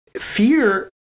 fear